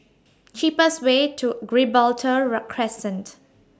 cheapest Way to Gibraltar Rock Crescent